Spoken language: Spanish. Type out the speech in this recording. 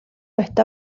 está